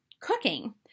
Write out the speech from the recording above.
cooking